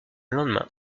lendemain